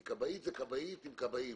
כי כבאית זה כבאית עם כבאים,